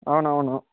అవునవును